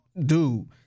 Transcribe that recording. dude